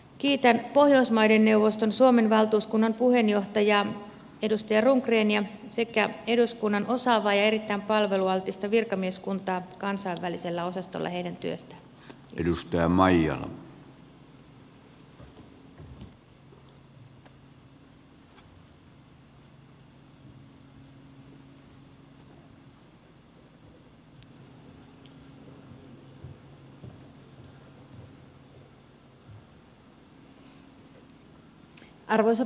kiitän pohjoismaiden neuvoston suomen valtuuskunnan puheenjohtajaa edustaja rundgrenia sekä eduskunnan osaavaa ja erittäin palvelualtista virkamieskuntaa kansainvälisellä osastolla heidän työstään